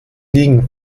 liegen